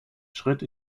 schritt